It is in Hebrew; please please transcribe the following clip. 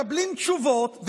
מקבלים תשובות,